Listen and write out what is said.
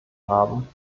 haben